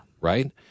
right